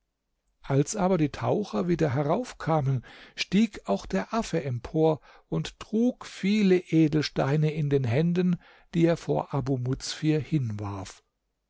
als aber die taucher wieder heraufkamen stieg auch der affe empor und trug viele edelsteine in den händen die er vor abu muzfir hinwarf